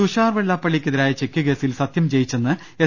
തുഷാർ വെള്ളാപ്പള്ളിക്കെതിരായ ചെക്ക് കേസിൽ സത്യം ജയി ച്ചെന്ന് എസ്